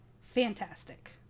fantastic